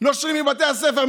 נושרים מבתי הספר.